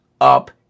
up